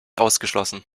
ausgeschlossen